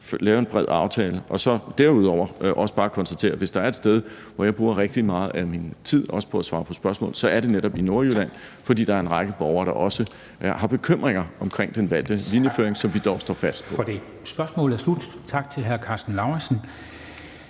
lave en bred aftale. Derudover kan jeg også bare konstatere, at hvis der er et sted, hvor jeg bruger rigtig meget af min tid, også på at svare på spørgsmål, så er det netop Nordjylland, fordi der er en række borgere, der også har bekymringer omkring den valgte linjeføring, som vi dog står fast på.